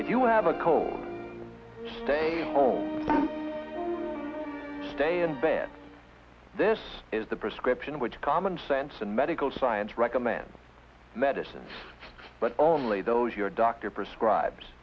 you have a cold home stay in bed this is the prescription which common sense and medical science recommends medicines but only those your doctor prescribes